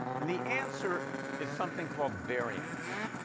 and the answer is something called variance.